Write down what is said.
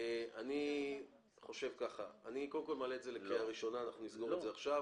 אני מעלה את זה לקריאה ראשונה ואנחנו נצביע על זה עכשיו.